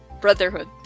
Brotherhood